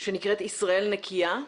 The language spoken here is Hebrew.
שנקראת "ישראל נקייה".